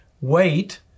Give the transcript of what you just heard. wait